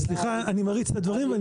סליחה, אני מריץ את הדברים.